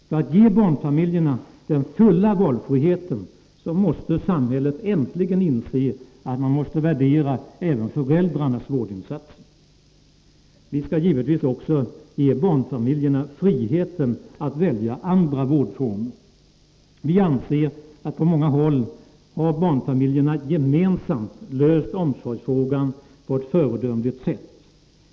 För att ge barnfamiljerna den fulla valfriheten måste samhället äntligen inse att även föräldrarnas vårdinsatser skall värderas. Vi skall givetvis också ge barnfamiljerna friheten att välja andra vårdformer. Vi inom centerpartiet anser att barnfamiljerna på många håll gemensamt har löst omsorgsfrågan på ett föredömligt sätt.